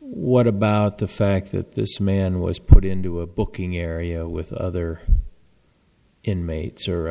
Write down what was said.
what about the fact that this man was put into a booking area with other inmates or